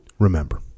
Remember